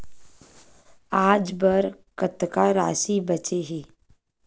आज बर कतका राशि बचे हे?